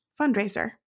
fundraiser